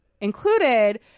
included